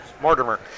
Mortimer